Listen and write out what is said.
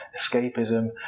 escapism